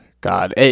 God